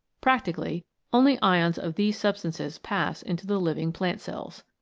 practically only ions of these substances pass into the living plant cells.